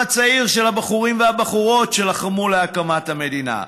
הצעיר של הבחורים והבחורות שלחמו להקמת המדינה.